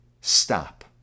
stop